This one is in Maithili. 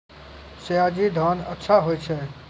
सयाजी धान अच्छा होय छै?